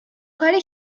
کاری